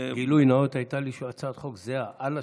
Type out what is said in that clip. גילוי נאות, הייתה לי הצעת חוק זהה על השולחן,